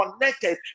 connected